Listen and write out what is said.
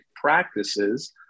practices